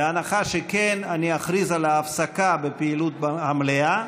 אני אכריז על הפסקה בפעילות המליאה.